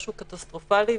משהו קטסטרופלי,